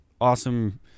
awesome